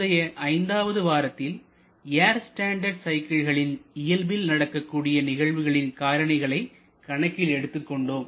முந்தைய ஐந்தாவது வாரத்தில் ஏர் ஸ்டாண்டர்டு சைக்கிள்களில் இயல்பில் நடக்கக்கூடிய நிகழ்வுகளின் காரணிகளை கணக்கில் எடுத்துக் கொண்டோம்